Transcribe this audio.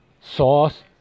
sauce